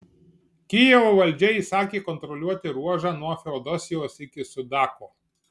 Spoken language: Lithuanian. kijevo valdžia įsakė kontroliuoti ruožą nuo feodosijos iki sudako